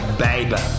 baby